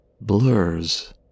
blurs